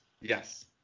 Yes